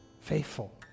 faithful